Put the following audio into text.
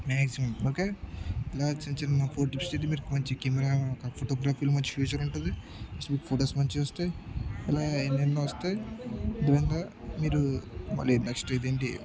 maximum okay ఇలా చిన్న చిన్న ఫోర్ టిప్స్ అయితే మీరు మంచి కెమెరా ఫోటోగ్రఫీలో మంచి ఫ్యూచర్ ఉంటుంది మీకు ఫొటోస్ మంచిగా వస్తాయి ఇలా ఎన్నెన్నో వస్తాయి అర్థమైందా మీరు మళ్ళీ నెక్స్ట్ ఇదేంటి